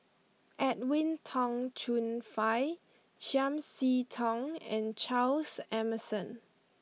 Edwin Tong Chun Fai Chiam See Tong and Charles Emmerson